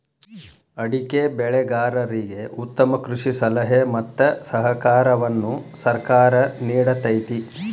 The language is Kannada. ಅಡಿಕೆ ಬೆಳೆಗಾರರಿಗೆ ಉತ್ತಮ ಕೃಷಿ ಸಲಹೆ ಮತ್ತ ಸಹಕಾರವನ್ನು ಸರ್ಕಾರ ನಿಡತೈತಿ